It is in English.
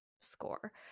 score